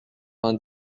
vingt